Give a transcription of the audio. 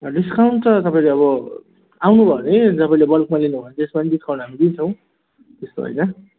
discount त तपाईँले अब आउनुभयो भने तपाईँले बल्कमा लिनुभयो भने त्यसमा पनि डिस्काउन्ट हामी दिन्छौँ त्यस्तो होइन